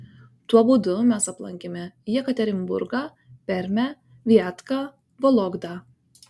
tuo būdu mes aplankėme jekaterinburgą permę viatką vologdą